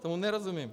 Tomu nerozumím.